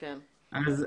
אז,